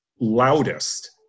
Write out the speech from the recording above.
loudest